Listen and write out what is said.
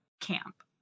camp